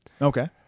Okay